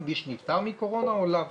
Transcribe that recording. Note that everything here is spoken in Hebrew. מי שנפטר מקורונה או לאו דווקא?